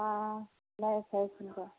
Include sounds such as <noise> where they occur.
हाँ <unintelligible> <unintelligible>